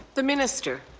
the minister.